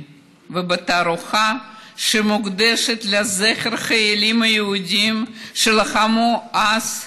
ובתערוכה שמוקדשת לזכר החיילים היהודים שלחמו אז.